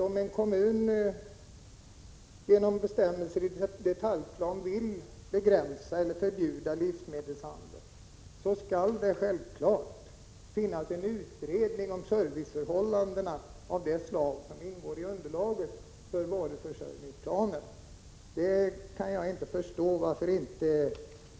Om en kommun genom en bestämmelse i detaljplanen vill begränsa eller förbjuda livsmedelshandel skall det finnas en utredning av serviceförhållandena av det slag som ingår i underlaget för varuförsörjningsplanen.